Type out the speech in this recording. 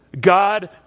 God